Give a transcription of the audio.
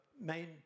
main